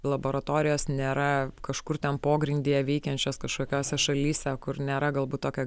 laboratorijos nėra kažkur ten pogrindyje veikiančios kažkokiose šalyse kur nėra galbūt tokio